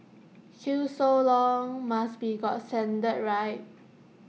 queue so long must be got standard right